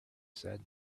said